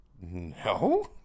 No